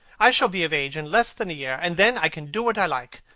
i shall be of age in less than a year, and then i can do what i like.